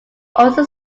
also